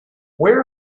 where